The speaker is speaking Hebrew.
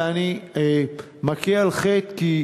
ואני מכה על חטא,